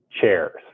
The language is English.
chairs